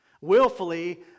Willfully